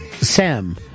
Sam